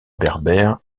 berbère